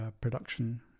production